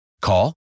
Call